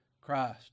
Christ